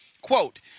Quote